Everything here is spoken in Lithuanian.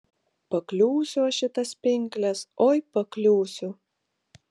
pakliūsiu aš į tas pinkles oi pakliūsiu